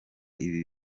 ibi